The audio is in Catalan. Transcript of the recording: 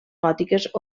gòtiques